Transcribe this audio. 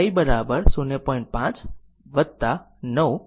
તેથી આ કિસ્સામાં i 0